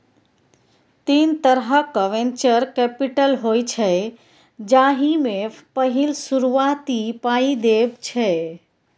तीन तरहक venture capital होइ छै जाहि मे पहिल शुरुआती पाइ देब छै